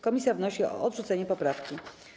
Komisja wnosi o odrzucenie tej poprawki.